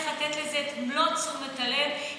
צריך לתת לזה את מלוא תשומת הלב,